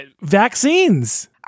Vaccines